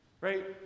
right